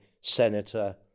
senator